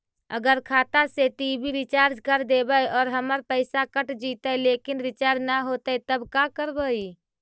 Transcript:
अगर खाता से टी.वी रिचार्ज कर देबै और हमर पैसा कट जितै लेकिन रिचार्ज न होतै तब का करबइ?